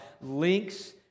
links